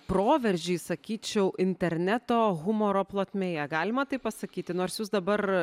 proveržį sakyčiau interneto humoro plotmėje galima taip pasakyti nors jūs dabar